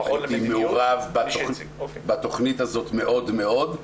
הייתי מעורב בתכנית הזאת מאוד מאוד,